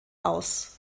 aus